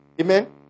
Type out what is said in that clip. Amen